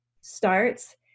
starts